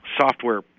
software